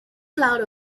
clouds